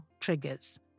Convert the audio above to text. triggers